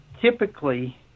typically